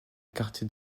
quartier